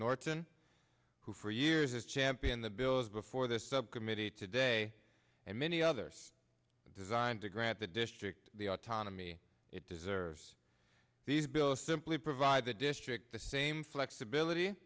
norton who for years has championed the bills before the subcommittee today and many others zein to grant the district the autonomy it deserves these bills simply provide the district the same flexibility